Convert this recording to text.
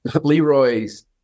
Leroy's